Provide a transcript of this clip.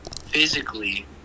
physically